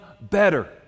better